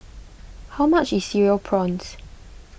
how much is Cereal Prawns